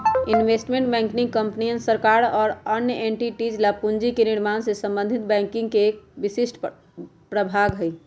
investment banking कंपनियन, सरकारों और अन्य एंटिटीज ला पूंजी के निर्माण से संबंधित बैंकिंग के एक विशिष्ट प्रभाग हई